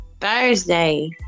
Thursday